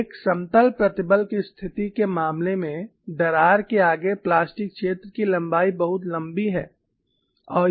तो एक समतल प्रतिबल की स्थिति के मामले में दरार के आगे प्लास्टिक क्षेत्र की लंबाई बहुत लंबी है